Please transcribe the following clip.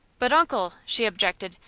but, uncle, she objected,